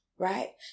right